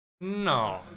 No